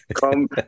come